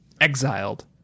exiled